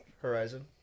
Horizon